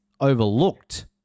overlooked